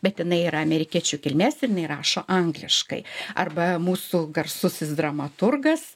bet jinai yra amerikiečių kilmės ir jinai rašo angliškai arba mūsų garsusis dramaturgas